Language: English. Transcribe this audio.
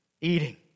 eating